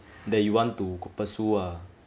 that you want to pursue ah